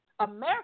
America